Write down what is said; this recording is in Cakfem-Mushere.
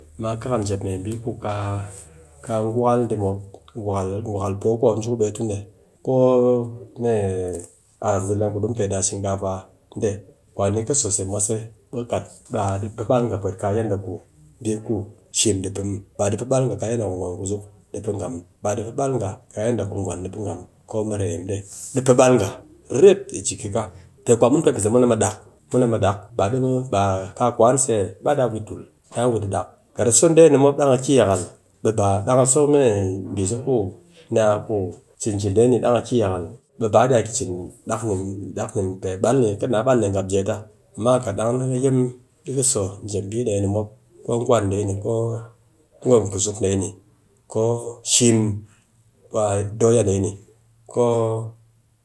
Amma kar mee mbi ku kaa gwakal dee mop, gwakal, gwakal po ku mop ji ku beh tu koo mee aas zileng ku di mu pet ni a shinkafa dee, kwani ki so se mwase ɓe kɨ kat ba ɗi pe ɓal nga pwet kaa mbi ku shim di pe muw. ba di pe ɓak nga kaa mbi ku gwom kuzuk ɗi pe nga muw. Ba di pe ɓal nga kaa yadda ku gwan di pe nga muw. ko mɨrem dee di pe ɓal nga riret yi jiki ka, pe kwa mu pe bise mun a mɨ ɗak, mun a mɨ dak, baa ɗi kaa kwan se, baa daa wit tul. Daa wit a ɗak, kat a so dee ni mop dang a ki yakal be ba, dang a so mee mbi ku a ku cin cin dee ni dang a ki yakal be a iya cin dak muw, pe ɓal ni, ki naa ɓal ni gab jee ta, amma kat dang ɗi mu, ɗi ka so jep mbi dee ni mop, ko gwan dee ni, ko gwom kuzuk dee ni, ko gwm kuzuk dee ni, ko shim, ku a doya dee ni, ko